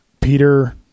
Peter